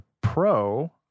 pro